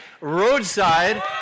roadside